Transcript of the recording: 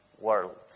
world